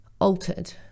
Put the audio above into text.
altered